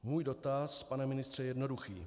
Můj dotaz, pane ministře, je jednoduchý.